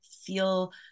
feel